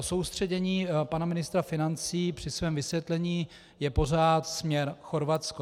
Soustředění pana ministra financí při svém vysvětlení je pořád směr Chorvatsko.